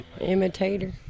imitator